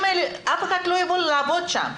אף אחד לא יבוא לעבוד שם.